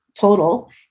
total